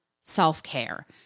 self-care